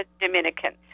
Dominicans